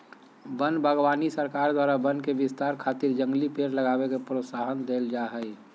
वन बागवानी सरकार द्वारा वन के विस्तार खातिर जंगली पेड़ लगावे के प्रोत्साहन देल जा हई